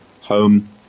home